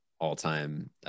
all-time